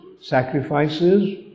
sacrifices